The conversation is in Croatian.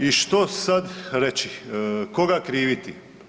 I što sad reći, koga kriviti?